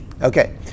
Okay